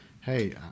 hey